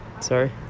sorry